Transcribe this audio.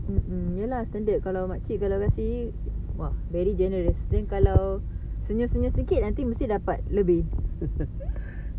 mm ya lah standard kalau makcik kalau kasi !wah! very generous then kalau senyum-senyum sikit nanti mesti dapat lebih